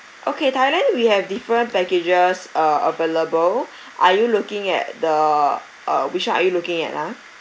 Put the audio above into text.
okay thailand we have different packages uh available are you looking at the uh which one are you looking at ah